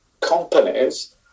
companies